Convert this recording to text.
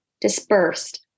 dispersed